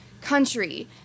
country